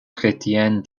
chrétienne